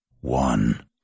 one